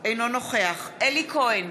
אינו נוכח אלי כהן,